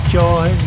joy